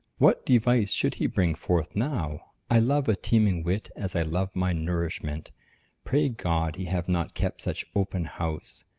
what device should he bring forth now? i love a teeming wit as i love my nourishment pray god he have not kept such open house,